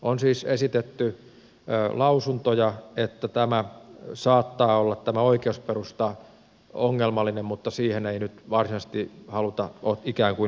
on siis esitetty lausuntoja että tämä oikeusperusta saattaa olla ongelmallinen mutta siihen ei nyt varsinaisesti haluta ikään kuin ottaa kantaa